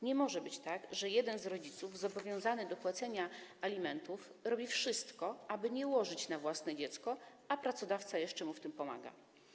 Nie może być tak, że jeden z rodziców zobowiązany do płacenia alimentów robi wszystko, aby nie łożyć na własne dziecko, a pracodawca jeszcze mu w tym pomaga.